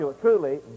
truly